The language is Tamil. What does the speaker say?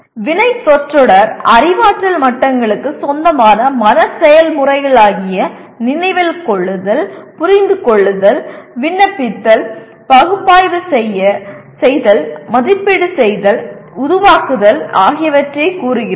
வினைச்சொற்றொடர் அறிவாற்றல் மட்டங்களுக்கு சொந்தமான மன செயல்முறைகளாகிய நினைவில் கொள்ளுதல் புரிந்து கொள்ளுதல் விண்ணப்பித்தல் பகுப்பாய்வு செய்யத் மதிப்பீடு செய்யத்ம் உருவாக்குதல் ஆகியவற்றை கூறுகிறது